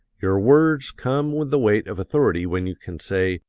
your words come with the weight of authority when you can say,